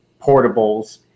portables